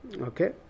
Okay